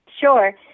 Sure